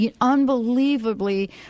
unbelievably